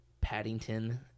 Paddington